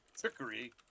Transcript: trickery